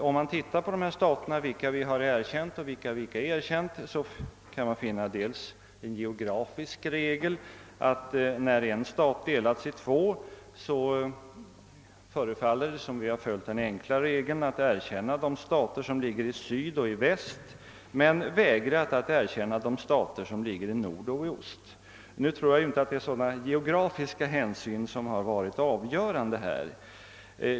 Om man studerar vilka stater vi har erkänt och vilka vi icke har erkänt kan man för det första finna en geografisk regel: när en stat delats i två förefaller det som om vi helt enkelt erkänt de stater som ligger i syd och i väst men vägrat att erkänna dem som ligger i nord och i ost. Nu tror jag inte att det är geografiska hänsyn som varit avgörande härvidlag.